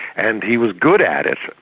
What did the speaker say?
and he was good at it,